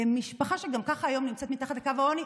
למשפחה שגם ככה היום נמצאת מתחת לקו העוני,